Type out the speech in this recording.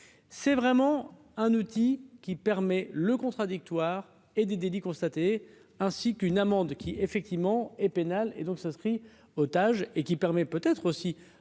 C'est vraiment un outil qui permet le contradictoire et des délits constatés, ainsi qu'une amende qui effectivement est pénal et donc s'inscrit otages et qui permet peut-être aussi